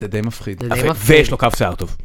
זה די מפחיד, ויש לו קו שיער טוב.